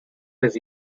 his